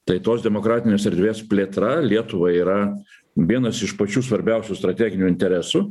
tai tos demokratinės erdvės plėtra lietuvai yra vienas iš pačių svarbiausių strateginių interesų